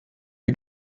die